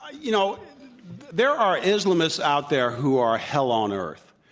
ah you know there are islamists out there who are hell on earth.